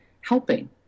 helping